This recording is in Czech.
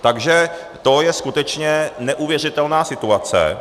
Takže to je skutečně neuvěřitelná situace.